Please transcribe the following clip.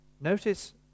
Notice